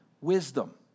Wisdom